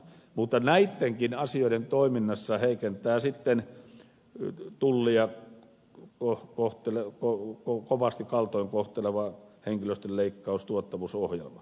mutta näidenkin asioiden toiminnassa heikentää sitten tullia kovasti kaltoin kohteleva henkilöstöä leikkaava tuottavuusohjelma